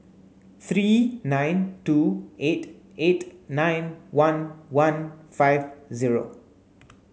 three nine two eight eight nine one one five zero